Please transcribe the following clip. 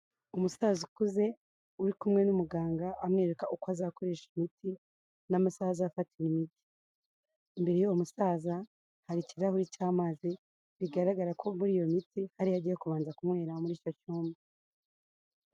Umusaza ukuze uri kumwe n'umuganga amwereka uko azakoresha imiti n'amasaha azafara imiti, imbere y'uwo musaza hari ikirahuri cy'amazi bigaragara ko muri iyo miti ariyo agiye kubanza kumuhera muri icyo cyumba.